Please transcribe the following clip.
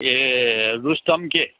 ए रुस्तम के